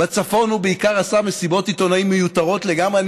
בצפון הוא בעיקר עשה מסיבות עיתונאים מיותרות לגמרי.